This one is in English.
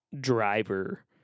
driver